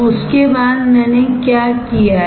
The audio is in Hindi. उसके बाद मैंने क्या किया है